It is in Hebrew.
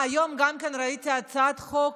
אה, היום גם כן ראיתי הצעת חוק,